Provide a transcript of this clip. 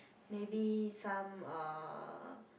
maybe some uh